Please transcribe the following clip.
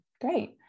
Great